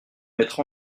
mettre